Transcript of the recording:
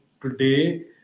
today